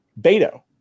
Beto